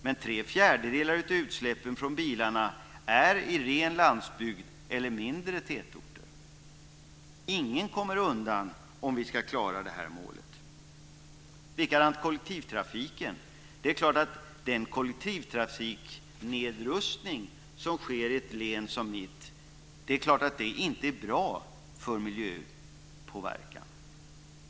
Men tre fjärdedelar av utsläppen från bilarna är i ren landsbygd eller mindre tätorter. Ingen kommer undan om vi ska klara målet. Likadant är det med kollektivtrafiken. Den nedrustning av kollektivtrafiken som sker i ett län som mitt är inte bra för påverkan på miljön.